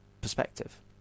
perspective